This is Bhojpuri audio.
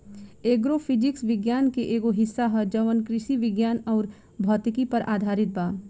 एग्रो फिजिक्स विज्ञान के एगो हिस्सा ह जवन कृषि विज्ञान अउर भौतिकी पर आधारित बा